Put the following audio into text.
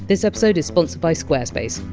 this episode is sponsored by squarespace.